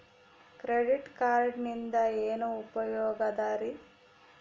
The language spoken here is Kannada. ಕ್ರೆಡಿಟ್ ಕಾರ್ಡಿನಿಂದ ಏನು ಉಪಯೋಗದರಿ?